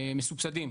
מסובסדים,